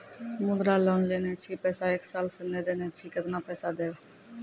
मुद्रा लोन लेने छी पैसा एक साल से ने देने छी केतना पैसा देब?